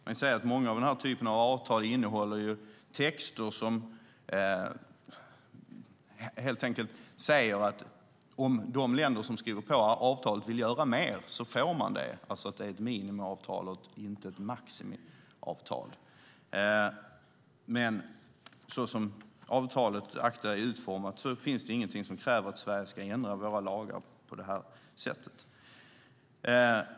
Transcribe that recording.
Många avtal av den här typen innehåller texter som helt enkelt säger att om de länder som skriver på avtalet vill göra mer får de det, alltså att det är ett minimiavtal och inte ett maximiavtal. Men så som ACTA-avtalet är utformat finns det inget som kräver att Sveriges lagar ska ändras på det här sättet.